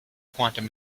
quantum